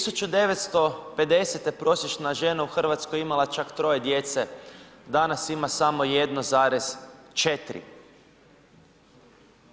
1950. prosječna žena u Hrvatskoj je imala čak troje djece, danas ima samo 1,4.